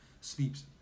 sleeps